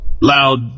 loud